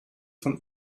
von